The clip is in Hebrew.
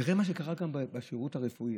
תראה מה קרה כאן בשירות הרפואי.